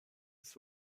his